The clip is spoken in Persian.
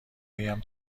آیم